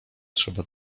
trzeba